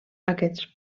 aquests